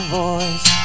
voice